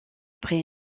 après